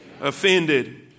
Offended